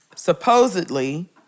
Supposedly